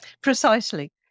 precisely